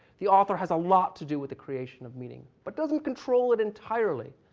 the author has a lot to do with the creation of meaning, but doesn't control it entirely,